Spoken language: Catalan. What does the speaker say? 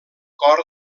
cor